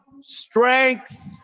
strength